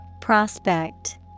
Prospect